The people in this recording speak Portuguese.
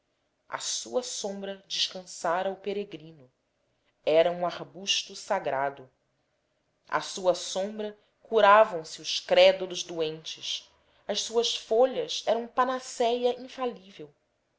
à sua sombra descansara o peregrino era um arbusto sagrado à sua sombra curvavam se os crédulos doentes as suas folhas eram panacéia infalível